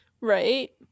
Right